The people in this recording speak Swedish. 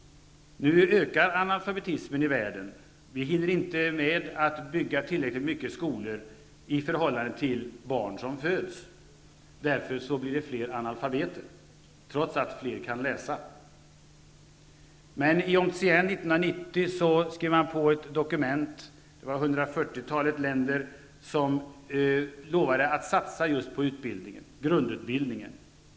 Nu ökar analfabetismen i världen. Vi hinner inte med att bygga tillräckligt många skolor i förhållande till antalet barn som föds. Därför blir det fler analfabeter, trots att fler kan läsa. I Jomtien 1990 skrev ett 140-tal länder på ett dokument, där man lovade att satsa på grundutbildningen.